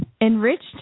Enriched